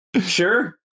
sure